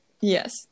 Yes